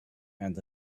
and